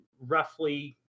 roughly